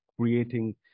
Creating